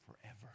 Forever